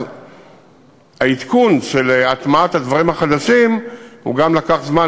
אז העדכון של הטמעת הדברים החדשים גם הוא לקח זמן,